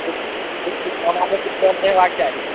किछु किछु समानमे किछु कम नहि हेबाके चाही